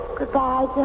Goodbye